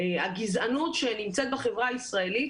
הגזענות שנמצאת בחברה הישראלית